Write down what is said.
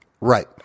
Right